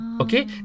okay